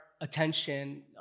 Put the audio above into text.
attention